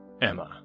Emma